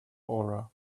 aura